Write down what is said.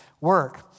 work